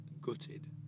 Gutted